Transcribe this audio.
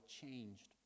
changed